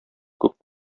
күп